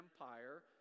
Empire